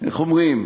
איך אומרים?